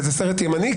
וזה סרט ימני,